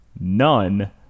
none